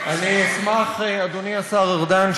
שהם אנשים מפורסמים וכולם יודעים את דעותיהם.